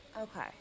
Okay